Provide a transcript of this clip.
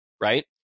right